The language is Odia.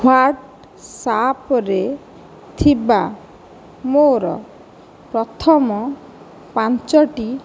ହ୍ୱାଟ୍ସ୍ଅପ୍ରେ ଥିବା ମୋର ପ୍ରଥମ ପାଞ୍ଚଟି